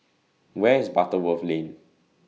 Where IS Butterworth Lane